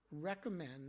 recommend